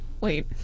Wait